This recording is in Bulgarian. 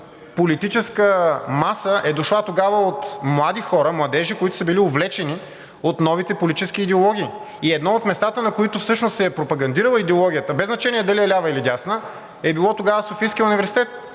политическа маса е дошла тогава от млади хора, младежи, които са били увлечени от новите политически идеологии. И едно от местата, на които всъщност се е пропагандирала идеологията, без значение дали е лява или дясна, е било тогава Софийският университет.